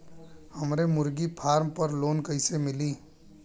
हमरे मुर्गी फार्म पर लोन कइसे मिली?